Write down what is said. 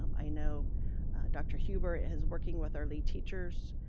um i know dr. huber is working with our lead teachers,